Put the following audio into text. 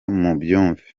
mubyumve